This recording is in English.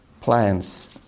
plans